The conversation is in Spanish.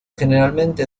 generalmente